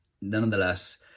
nonetheless